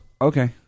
Okay